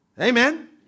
Amen